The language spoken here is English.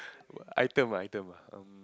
item ah item ah um